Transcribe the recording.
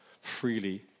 freely